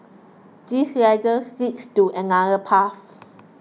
this ladder leads to another path